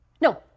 No